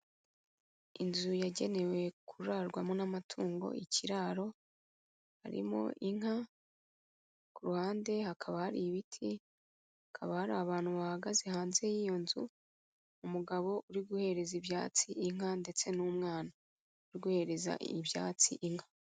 Inzu yagenewe kurarwamo n'amatungo ikiraro, harimo inka, ku ruhande hakaba hari ibiti, hakaba hari abantu bahagaze hanze y'iyo nzu, umugabo uri guhereza ibyatsi inka ndetse n'umwana uri guhereza ibyatsi inka.